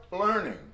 learning